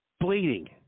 Bleeding